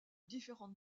différents